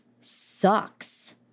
sucks